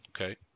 okay